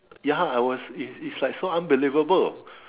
ya I was is is like so unbelievable